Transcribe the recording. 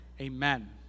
Amen